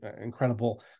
incredible